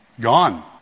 gone